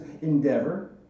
endeavor